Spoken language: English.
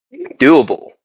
doable